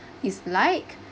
is like